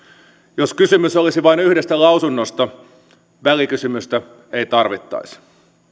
jos kysymys olisi vain yhdestä lausunnosta välikysymystä ei tarvittaisi